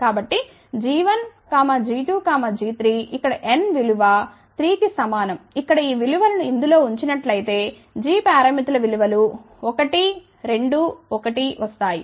కాబట్టి g1g2g3ఇక్కడ n విలువ 3 కి సమానంఇక్కడ ఈ విలువను ఇందులులో ఉంచినట్లైతే g పారామితుల విలువలు 1 2 1 వస్తాయి